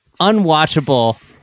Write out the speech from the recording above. unwatchable